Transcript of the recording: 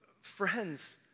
Friends